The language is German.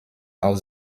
aus